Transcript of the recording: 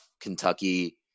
Kentucky